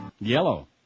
Yellow